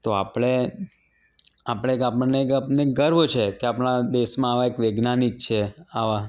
તો આપણે આપણે આપણને કે આપણને ગર્વ છે કે આપણાં દેશમાં આવા એક વૈજ્ઞાનિક છે આવા